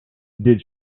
did